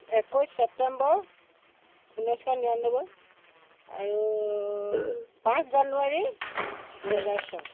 একৈছ ছেপ্টেম্বৰ ঊনৈছশ নিৰান্নব্বৈ আৰু পাঁচ জানুৱাৰী দুহেজাৰ ছয়